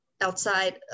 outside